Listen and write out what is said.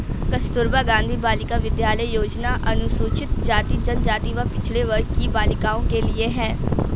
कस्तूरबा गांधी बालिका विद्यालय योजना अनुसूचित जाति, जनजाति व पिछड़े वर्ग की बालिकाओं के लिए है